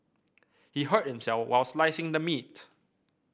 he hurt himself while slicing the meat